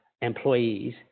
employees